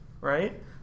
right